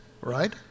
right